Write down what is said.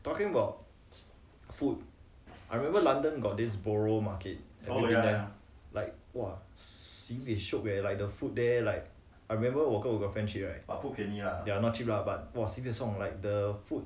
talking about food I remember london got this borough market like !wah! sibei shiok eh like the food there like I remember 我跟五个 friend 去 right ya not cheap lah sibei siong like the food